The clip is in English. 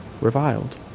reviled